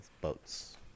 Boats